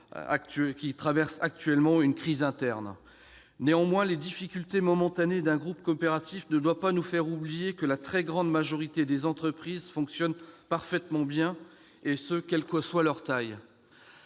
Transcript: situation a été évoquée précédemment. Néanmoins, les difficultés momentanées d'un groupe coopératif ne doivent pas nous faire oublier que la très grande majorité des entreprises fonctionnent parfaitement bien, et ce quelle que soit leur taille.